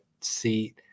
seat